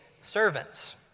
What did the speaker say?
servants